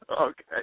Okay